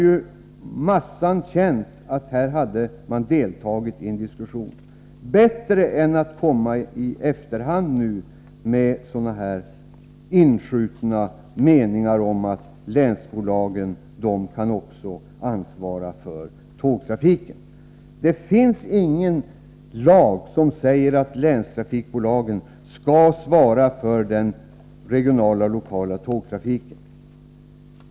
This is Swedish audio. Då hade massan känt att man hade deltagit i en diskussion, och det hade varit bättre än att komma i efterhand med inskjutna meningar om att länsbolagen också kan ansvara för tågtrafiken. Det finns ingen lag som säger att länstrafikbolagen skall svara för den regionala och lokala tågtrafiken.